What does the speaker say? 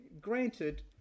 granted